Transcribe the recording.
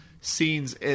scenes